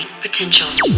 potential